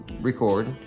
record